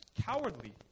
cowardly